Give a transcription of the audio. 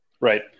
Right